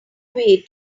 way